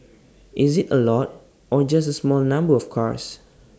is IT A lot or just A small number of cars